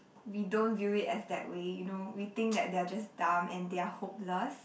we don't view it as that way you know we think that they are just dumb and they are hopeless